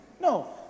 No